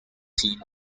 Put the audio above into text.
team